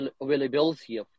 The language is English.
availability